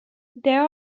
there